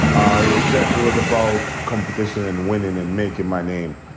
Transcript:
i was it was about competition and winning and making my name.